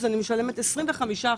אני משלמת 25%,